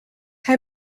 hij